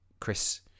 Chris